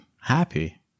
happy